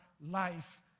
life